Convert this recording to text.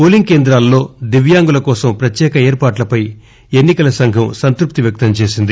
పోలింగ్కేంద్రాల్లో దివ్యాంగులకోసం ప్రత్యేక ఏర్పాట్లపై ఎన్ని కల సంఘం సంతృప్తి వ్యక్తంచేసింది